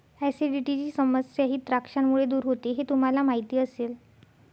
ऍसिडिटीची समस्याही द्राक्षांमुळे दूर होते हे तुम्हाला माहिती असेल